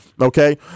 Okay